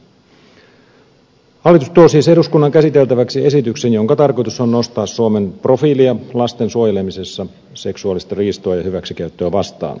hallitus tuo siis eduskunnan käsiteltäväksi esityksen jonka tarkoituksena on nostaa suomen profiilia lasten suojelemisessa seksuaalista riistoa ja hyväksikäyttöä vastaan